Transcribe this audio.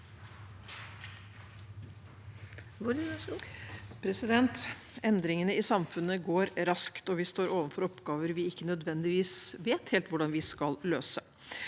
Endringene i samfunn- et går raskt, og vi står overfor oppgaver vi ikke nødvendigvis vet helt hvordan vi skal løse.